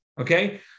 okay